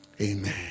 amen